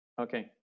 Okay